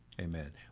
Amen